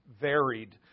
varied